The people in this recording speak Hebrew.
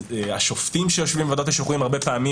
השופטים שיושבים בוועדת השחרורים הרבה פעמים